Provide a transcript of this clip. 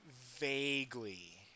vaguely